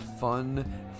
fun